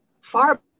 far